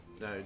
no